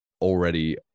already